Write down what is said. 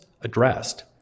addressed